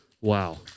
Wow